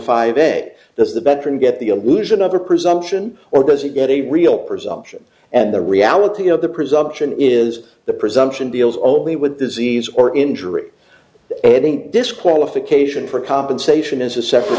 is the better to get the illusion of a presumption or does it get a real presumption and the reality of the presumption is the presumption deals only with disease or injury eading disqualification for compensation is a separate